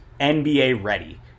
NBA-ready